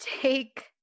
take